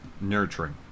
nurturing